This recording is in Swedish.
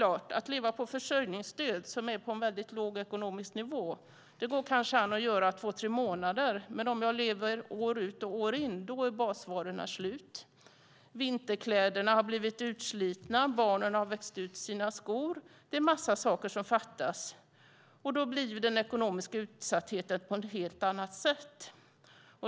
Att leva på försörjningsstöd, vilket är en väldigt låg ekonomisk nivå, går kanske an att göra i två tre månader. Om jag lever på det år ut och år in är dock basvarorna slut, vinterkläderna har blivit utslitna, barnen har vuxit ur sina skor och det är en massa saker som fattas. Då blir det en ekonomisk utsatthet på ett helt annat sätt.